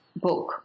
book